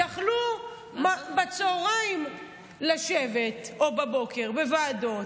שיכלו בצוהריים לשבת בוועדות,